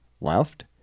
left